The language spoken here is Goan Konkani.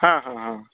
हां हां